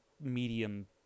medium